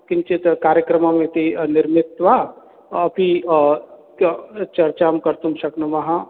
किञ्चित् कार्यक्रमम् इति निर्मित्वा अपि च चर्चां कर्तुं शक्नुमः